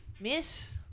Miss